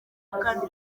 kandi